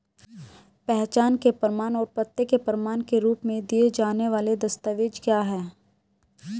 पहचान के प्रमाण और पते के प्रमाण के रूप में दिए जाने वाले दस्तावेज क्या हैं?